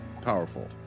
powerful